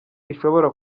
ishobora